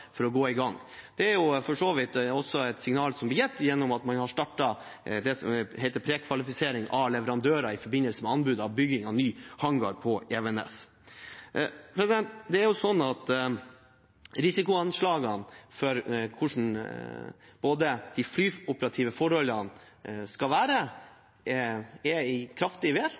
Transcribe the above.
å gå i gang. Det er for så vidt også et signal som blir gitt gjennom at man har startet det som heter prekvalifisering av leverandører, i forbindelse med anbud for bygging av ny hangar på Evenes. Risikoanslagene for hvordan de flyoperative forholdene skal være, er i kraftig vær,